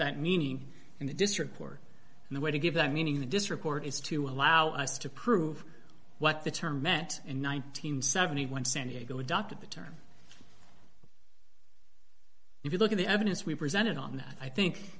that meaning in the district court and the way to give that meaning the district court is to allow us to prove what the term met in one thousand and seventy one san diego adopted the term if you look at the evidence we presented on that i think